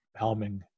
helming